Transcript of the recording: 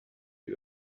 die